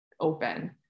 open